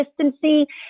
consistency